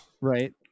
Right